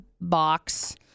box